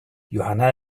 johanna